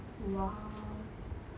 !wow!